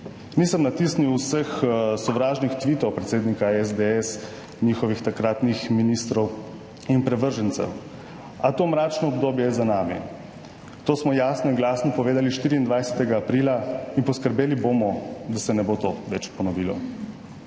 Nisem natisnil vseh sovražnih tvitov predsednika SDS, njihovih takratnih ministrov in privržencev. A to mračno obdobje je za nami, to smo jasno in glasno povedali 24. aprila. In poskrbeli bomo, da se to ne bo več ponovilo.